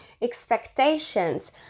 expectations